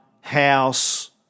house